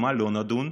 על מה לא נדון?